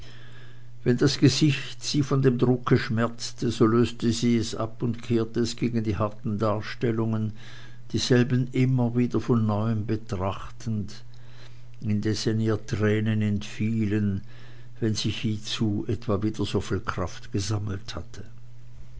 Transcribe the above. wenn das gesicht sie von dem drucke schmerzte so löste sie es ab und kehrte es gegen die harten darstellungen dieselben immer wieder von neuem betrachtend indessen ihr tränen entfielen wenn sich hiezu etwa wieder soviel kraft gesammelt hatte